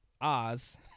Oz